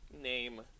name